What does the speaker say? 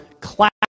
class